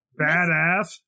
badass